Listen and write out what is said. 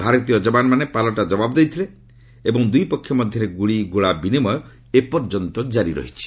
ଭାରତୀୟ ଯବାନମାନେ ପାଲଟା ଜବାବ ଦେଇଥିଲେ ଏବଂ ଦୁଇ ପକ୍ଷ ମଧ୍ୟରେ ଗୁଳିଗୋଳା ବିନିମୟ ଏପର୍ଯ୍ୟନ୍ତ ଜାରି ରହିଛି